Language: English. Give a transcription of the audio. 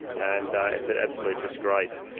and it's an absolute disgrace.